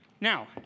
Now